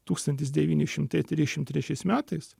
tūkstantis devyni šimtai trisdešimt trečiais metais